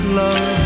love